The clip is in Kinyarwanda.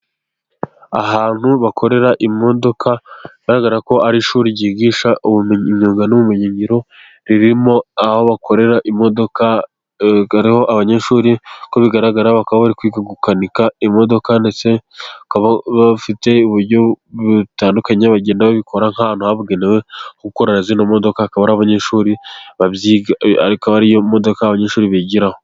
Ahantu bakorera imodoka, bigaragara ko iri ishuri ryigisha ubumenyi ,imyuga n'ubumenyingiro ririmo aho bakorera imodoka ,abanyeshuri uko bigaragara bakaba bari gukanika imodoka ,ndetse bakaba bafite uburyo butandukanye bagenda babikora ,nk'ahantu habugenewe gukorera izi modoka akaba ari abanyeshuri, akaba ariyo modoka abanyeshuri bigiraho